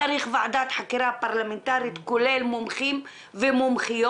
צריך ועדת חקירה פרלמנטרית כולל מומחים ומומחיות